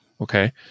okay